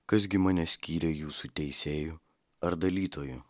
kas gi mane skyrė jūsų teisėju ar dalytoju